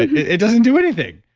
it doesn't do anything,